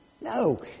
No